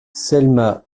selma